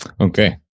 Okay